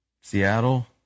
Seattle